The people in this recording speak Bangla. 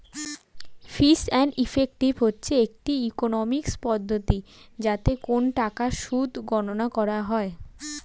ফিস অ্যান্ড ইফেক্টিভ হচ্ছে একটি ইকোনমিক্স পদ্ধতি যাতে কোন টাকার সুদ গণনা করা হয়